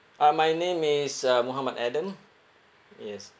uh my name is uh mohammad adam yes